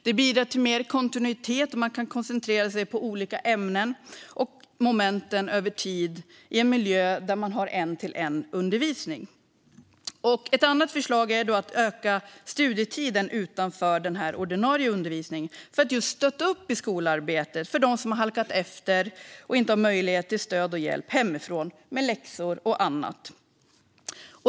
Det bidrar till mer kontinuitet, och man kan koncentrera sig på olika ämnen och moment över tid i en miljö där man har en-till-en-undervisning. Ett annat förslag är att öka studietiden utanför den ordinarie undervisningen för att stötta upp skolarbetet för dem som halkat efter och inte har möjlighet till stöd och hjälp hemifrån med läxor och annat.